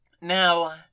Now